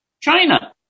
China